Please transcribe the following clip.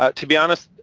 ah to be honest,